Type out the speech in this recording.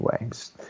ways